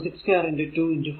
അപ്പോൾ 62 2 5